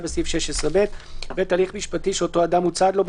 בסעיף 16(ב); (ב)הליך משפטי שאותו אדם הוא צד לו,